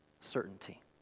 certainty